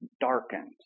darkened